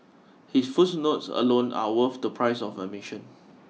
his footnotes alone are worth the price of admission